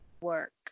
work